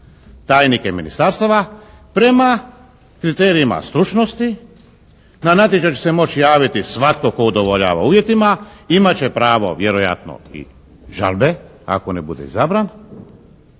tajnike ministarstava prema kriterijima stručnosti. Na natječaj će se moći javiti svatko tko udovoljava uvjetima. Imat će pravo vjerojatno i žalbe, ako ne bude izabran